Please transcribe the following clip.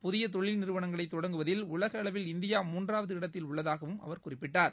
புதிய தொழில் நிறுவனங்களை தொடங்குவதில் உலக அளவில் இந்தியா மூன்றாவது இடத்தில் உள்ளதாக அவர் தெரிவித்தார்